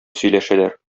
сөйләшәләр